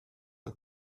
der